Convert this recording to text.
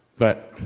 but,